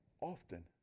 Often